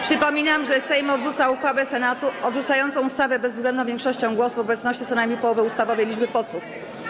Przypominam, że Sejm odrzuca uchwałę Senatu odrzucającą ustawę bezwzględną większością głosów w obecności co najmniej połowy ustawowej liczby posłów.